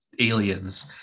aliens